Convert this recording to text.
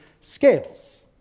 scales